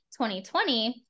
2020